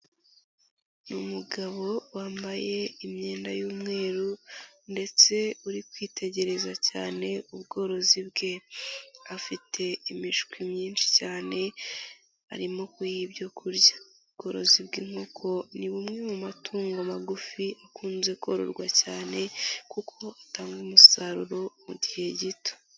Umugabo wambaye imyenda y'umweru ndetse uri kwitegereza cyane ubworozi bwe. Afite imishwi myinshi cyane, arimo kuyiha ibyo kurya, ubworozi bw'inkoko ni bumwe mu matungo magufi, akunze kororwa cyane kuko atanga umusaruro mu gihe gito.